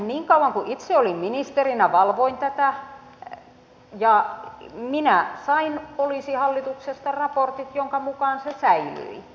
niin kauan kuin itse olin ministerinä valvoin tätä ja minä sain poliisihallituksesta raportit joiden mukaan se säilyi